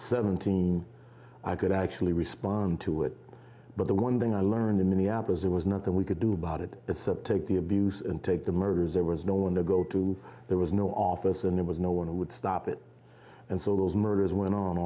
seventeen i could actually respond to it but the one thing i learned in minneapolis there was nothing we could do about it except take the abuse and take the murders there was no one to go to there was no office and there was no one who would stop it and so those murders went on